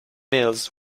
meals